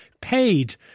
paid